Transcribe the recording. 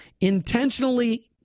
intentionally